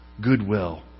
goodwill